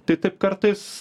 tai taip kartais